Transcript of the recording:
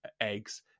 eggs